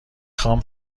خوام